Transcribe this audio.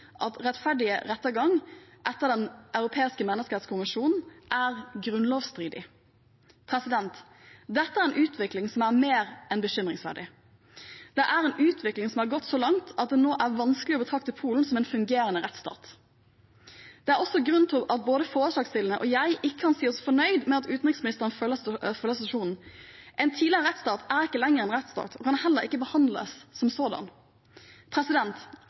at rettferdig rettergang etter den europeiske menneskerettskonvensjonen er grunnlovsstridig. Dette er en utvikling som er mer enn bekymringsverdig. Det er en utvikling som er gått så langt at det nå er vanskelig å betrakte Polen som en fungerende rettsstat. Det er også grunnen til at verken forslagsstillerne eller jeg kan si oss fornøyd med at utenriksministeren følger situasjonen. En tidligere rettsstat er ikke lenger en rettsstat, og kan heller ikke behandles som sådan.